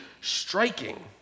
striking